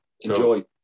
enjoy